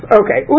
okay